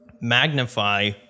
magnify